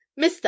Mr